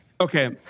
Okay